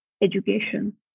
education